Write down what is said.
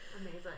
amazing